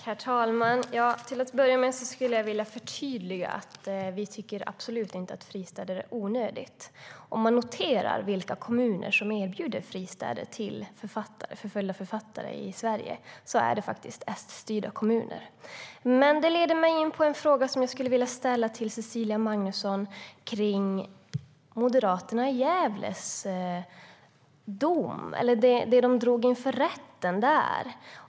Herr talman! Till att börja med skulle jag vilja förtydliga att vi absolut inte tycker att fristäder är onödiga. Om man noterar vilka kommuner i Sverige som erbjuder fristäder till förföljda författare ser man att det är Sstyrda kommuner. Det leder mig dock in på en fråga jag skulle vilja ställa till Cecilia Magnusson. Det handlar om Moderaterna i Gävle och det de drog inför rätta där.